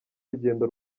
rugendo